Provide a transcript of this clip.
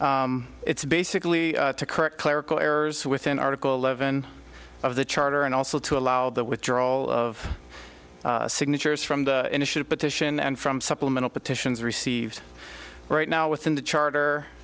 it's basically to correct clerical errors within article eleven of the charter and also to allow the withdrawal of signatures from the initial petition and from supplemental petitions received right now within the charter